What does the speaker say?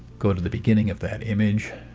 go to the beginning of that image,